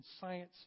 Science